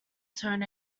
tone